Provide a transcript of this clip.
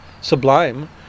sublime